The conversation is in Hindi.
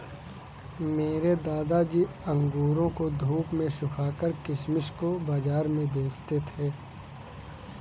मेरे दादाजी अंगूरों को धूप में सुखाकर किशमिश को बाज़ार में बेचते थे